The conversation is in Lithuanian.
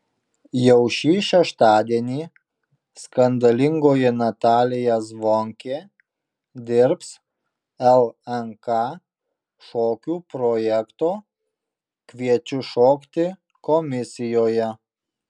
jau šį šeštadienį skandalingoji natalija zvonkė dirbs lnk šokių projekto kviečiu šokti komisijoje